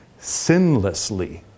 sinlessly